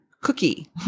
cookie